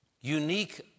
Unique